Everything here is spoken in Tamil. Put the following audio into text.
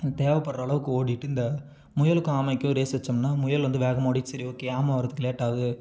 தேவைப்பட்ற அளவுக்கு ஓடிட்டு இந்த முயலுக்கும் ஆமைக்கும் ரேஸ் வச்சோம்னால் முயல் வந்து வேகமாக ஓடிவிட்டு சரி ஓகே ஆமை வர்றதுக்கு லேட் ஆகுது